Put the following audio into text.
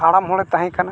ᱦᱟᱲᱟᱢ ᱦᱚᱲᱮ ᱛᱟᱦᱮᱸ ᱠᱟᱱᱟ